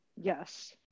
Yes